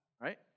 right